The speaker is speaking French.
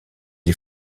les